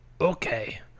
okay